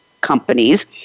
companies